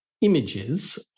images